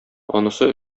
анысы